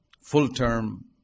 full-term